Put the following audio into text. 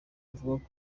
avuga